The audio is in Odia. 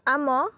ଆମ